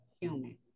humans